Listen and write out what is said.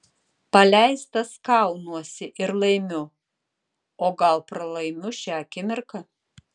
paleistas kaunuosi ir laimiu o gal pralaimiu šią akimirką